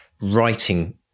writing